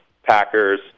packers